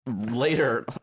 later